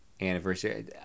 anniversary